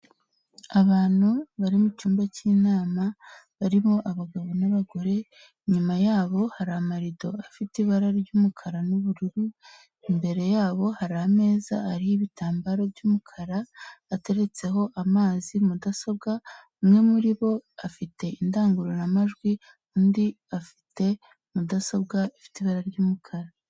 Abantu bari mu cyumba cy'inama barimo abagabo n'abagore, inyuma yabo hari amarido afite ibara ry'umukara n'ubururu, imbere yabo hari ameza ariho ibitambaro by'umukara ateretseho amazi, mudasobwa, umwe muri bo afite indangururamajwi, undi afite mudasobwa ifite ibara ry'umukara.